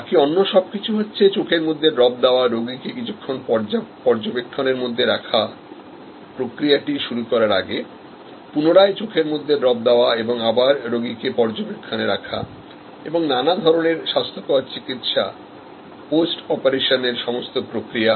বাকি অন্য সবকিছু হচ্ছে চোখের মধ্যে ড্রপ দেওয়া রোগীকে কিছুক্ষণ পর্যবেক্ষণের মধ্যে রাখা প্রক্রিয়াটি শুরু করার আগে পুনরায় চোখের মধ্যে ড্রপ দেওয়া এবং আবাররোগীকে পর্যবেক্ষণে রাখা এবং নানা ধরনের স্বাস্থ্যকর চিকিৎসা পোস্ট অপারেশন সমস্ত প্রক্রিয়া